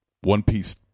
one-piece